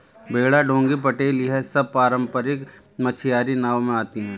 बेड़ा डोंगी पटेल यह सब पारम्परिक मछियारी नाव में आती हैं